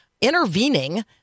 intervening